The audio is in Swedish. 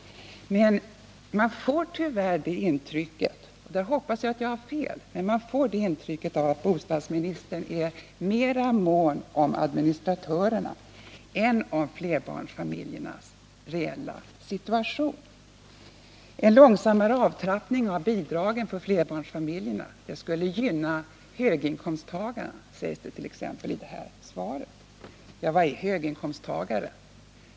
Jag får tyvärr det intrycket — jag hoppas att jag har fel — att bostadsministern är mera mån om administratörerna än om flerbarnsfamiljernas reella situation. En långsammare avtrappning av bidragen till flerbarnsfamiljerna skulle gynna höginkomsttagarna, sägs det 1. ex. i svaret. Ja, vad är höginkomsttagare?